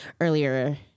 earlier